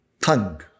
tongue